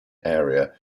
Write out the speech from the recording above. area